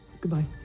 goodbye